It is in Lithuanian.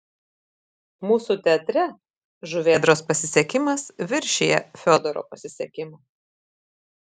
mūsų teatre žuvėdros pasisekimas viršija fiodoro pasisekimą